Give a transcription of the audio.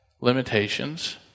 limitations